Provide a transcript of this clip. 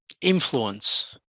influence